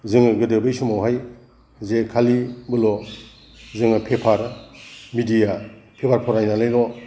जोङो गोदो बै समावहाय जे खालिबोल' जोङो पेपार मिडिया पेपार फरायनानैल'